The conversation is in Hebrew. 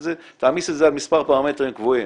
תעמיס את זה על מספר פרמטרים קבועים.